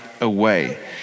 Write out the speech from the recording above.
away